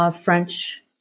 French